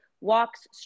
walks